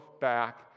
back